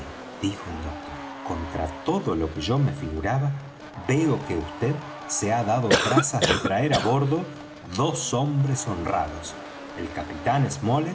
dijo el doctor contra todo lo que yo me figuraba veo que vd se ha dado trazas de traer á bordo dos hombres honrados el capitán